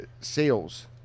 sales